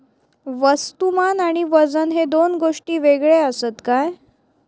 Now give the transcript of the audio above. वस्तुमान आणि वजन हे दोन गोष्टी वेगळे आसत काय?